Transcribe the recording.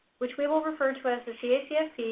which we will refer to as the cacfp,